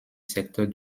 secteur